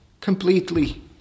completely